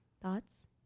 Thoughts